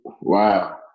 Wow